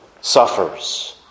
suffers